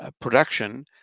production